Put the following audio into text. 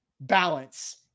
balance